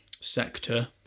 sector